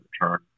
return